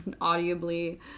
audibly